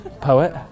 Poet